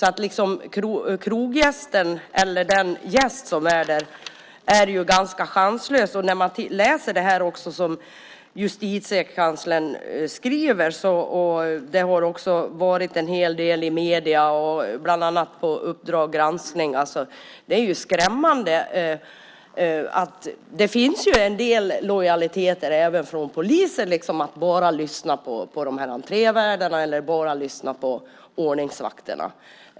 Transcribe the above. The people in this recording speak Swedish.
Kroggästen är ganska chanslös. Det är skrämmande när man läser det som Justitiekanslern skriver, och det har också förekommit en hel del i medierna, bland annat i Uppdrag granskning. Det finns en del lojalitet också från polisen där man bara lyssnar på de här entrévärdarna eller ordningsvakterna.